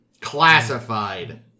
classified